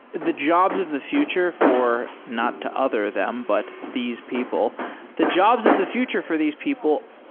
the jobs of the future for not to other them, but these people the jobs of the future for these people,